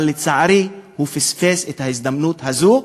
אבל לצערי הוא פספס את ההזדמנות הזאת.